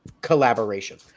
collaboration